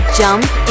Jump